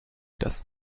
das